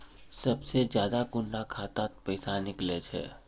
सबसे ज्यादा कुंडा खाता त पैसा निकले छे?